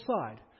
side